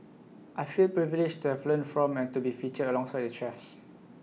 I feel privileged to have learnt from and to be featured alongside the chefs